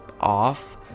off